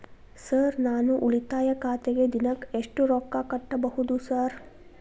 Sir ನಾನು ಉಳಿತಾಯ ಖಾತೆಗೆ ದಿನಕ್ಕ ಎಷ್ಟು ರೊಕ್ಕಾ ಕಟ್ಟುಬಹುದು ಸರ್?